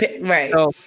Right